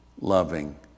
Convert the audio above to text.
loving